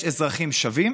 יש אזרחים שווים